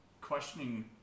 questioning